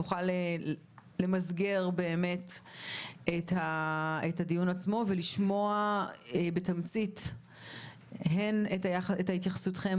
כדי שנוכל למסגר באמת את הדיון עצמו ולשמוע בתמצית הן את התייחסותכם